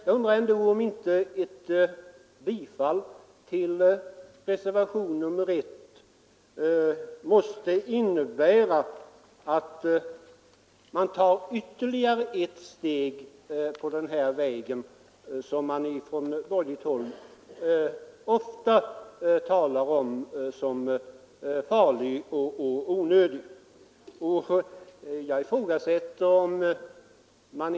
Jag undrar, herr Sjönell, om inte ett bifall till reservationen 1 skulle innebära att vi tog ytterligare ett steg på den väg som man från borgerligt håll så ofta talar om som farlig och onödig.